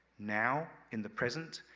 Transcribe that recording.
now, in the present,